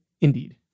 Indeed